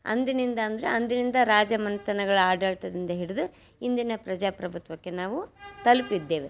ಅಂದಿನಿಂದ ಅಂದರೆ ಅಂದಿನಿಂದ ರಾಜಮನೆತನಗಳ ಆಡಳಿತದಿಂದ ಹಿಡಿದು ಇಂದಿನ ಪ್ರಜಾಪ್ರಭುತ್ವಕ್ಕೆ ನಾವು ತಲುಪಿದ್ದೇವೆ